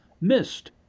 missed